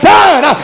done